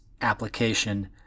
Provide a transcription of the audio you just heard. application